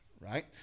right